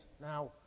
Now